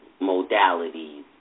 modalities